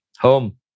Home